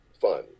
fun